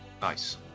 Nice